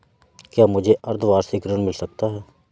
क्या मुझे अर्धवार्षिक ऋण मिल सकता है?